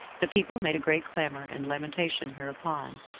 the people made a great clamor and lamentation hereupon,